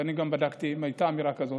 ואני גם בדקתי אם הייתה אמירה כזאת.